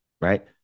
right